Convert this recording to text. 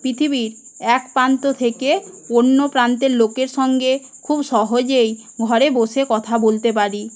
পৃথিবীর একপ্রান্ত থেকে অন্য প্রান্তের লোকের সঙ্গে খুব সহজেই ঘরে বসে কথা বলতে পারি